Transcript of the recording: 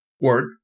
word